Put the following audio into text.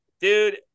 dude